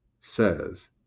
says